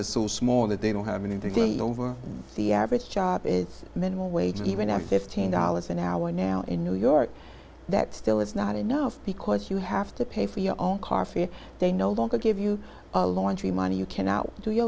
is so small that they don't have anything over the average job is minimum wage even after fifteen dollars an hour now in new york that still is not enough to because you have to pay for your own coffee they no longer give you a laundry money you cannot do your